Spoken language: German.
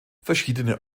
verschiedene